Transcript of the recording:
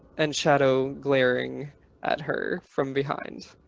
and shadow glaring at her from behind.